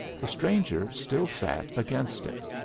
the stranger still sat against it.